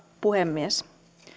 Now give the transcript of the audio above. puhemies